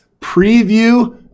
preview